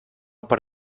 per